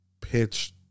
pitch